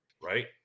right